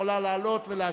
יכולה לעלות ולהשקיף.